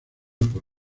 por